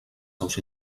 seus